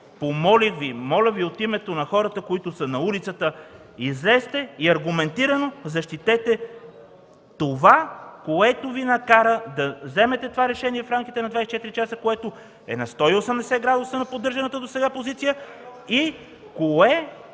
Помолих Ви, моля Ви от името на хората, които са на улицата, излезте и аргументирано защитете това, което Ви накара да вземете това решение в рамките на 24 часа, което е на 180 градуса на поддържаната досега позиция, и кое